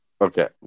Okay